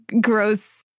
gross